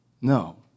No